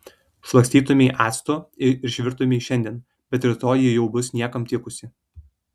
šlakstytumei actu ir išvirtumei šiandien bet rytoj ji jau bus niekam tikusi